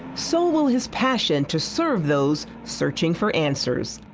so will his passion to serve those searching for answers.